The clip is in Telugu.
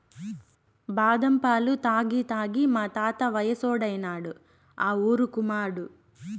బాదం పాలు తాగి తాగి మా తాత వయసోడైనాడు ఆ ఊరుకుమాడు